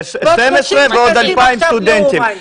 ועוד 30 טסים עכשיו לאומן.